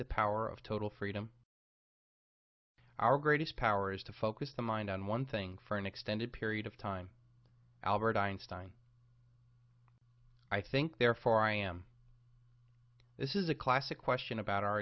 the power of total freedom our greatest power is to focus the mind on one thing for an extended period of time albert einstein i think therefore i am this is a classic question about our